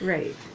Right